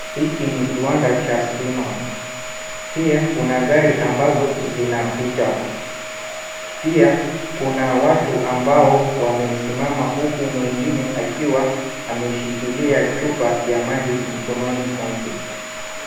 Hiki ni kiwanda cha stima, pia kuna gari ambazo, zinapita. Pia, kuna watu ambao, wamesimama huku mwingine akiwa, ameshikilia chupa, ya maji mkononi mwake.